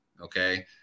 Okay